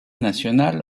national